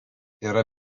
yra